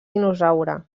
dinosaure